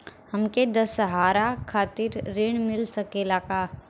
हमके दशहारा खातिर ऋण मिल सकेला का?